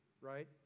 right